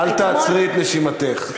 אל תעצרי את נשימתך.